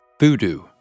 Voodoo